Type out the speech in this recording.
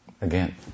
Again